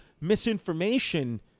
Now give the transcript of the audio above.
misinformation